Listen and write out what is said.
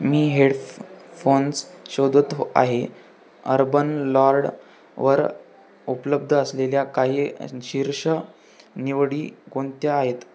मी headphones शोधत आहे urban लॉर्डवर उपलब्ध असलेल्या काही शीर्ष निवडी कोणत्या आहेत